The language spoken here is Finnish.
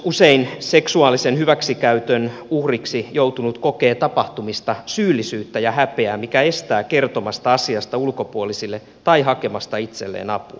usein seksuaalisen hyväksikäytön uhriksi joutunut kokee tapahtumista syyllisyyttä ja häpeää mikä estää kertomasta asiasta ulkopuolisille tai hakemasta itselleen apua